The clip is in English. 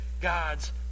God's